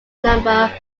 number